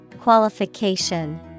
Qualification